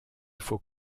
faut